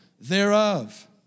thereof